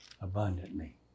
abundantly